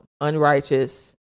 unrighteous